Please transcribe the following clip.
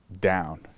down